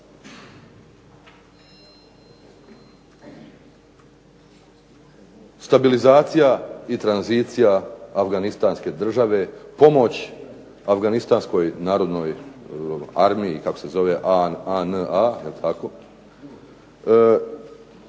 Stabilizacija i tranzicija Afganistanske države, pomoć Afganistanskoj narodnoj armiji, ANA, posao